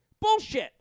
Bullshit